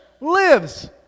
lives